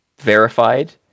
verified